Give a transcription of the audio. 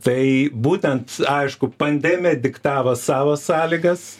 tai būtent aišku pandemija diktavo savo sąlygas